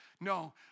No